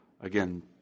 again